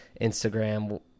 instagram